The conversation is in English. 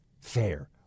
fair